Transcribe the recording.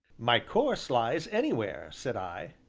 my course lies anywhere, said i.